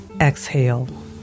exhale